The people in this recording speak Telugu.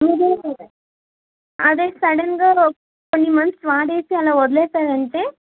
మీరు అదే సడన్గా కొన్ని మంత్స్ వాడేసి అలా వదిలేసారంటే